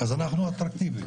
אז אנחנו אטרקטיביים,